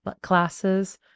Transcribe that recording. classes